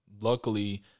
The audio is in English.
luckily